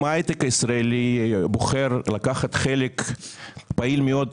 אם ההייטק הישראלי בוחר לקחת חלק פעיל מאוד במחאה,